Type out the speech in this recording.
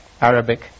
Arabic